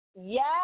Yes